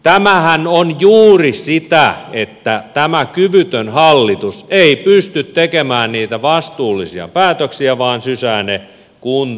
tämähän on juuri sitä että tämä kyvytön hallitus ei pysty tekemään niitä vastuullisia päätöksiä vaan sysää ne kunnanvaltuustoille